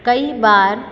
कई बार